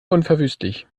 unverwüstlich